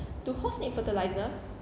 do horse need fertiliser